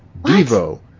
Devo